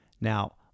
Now